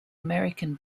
american